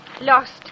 Lost